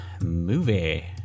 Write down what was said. movie